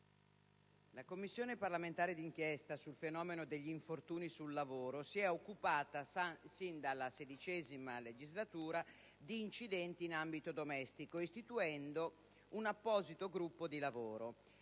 la Commissione parlamentare di inchiesta sul fenomeno degli infortuni sul lavoro si è occupata sin dall'inizio della XVI legislatura di incidenti in ambito domestico istituendo un apposito gruppo di lavoro,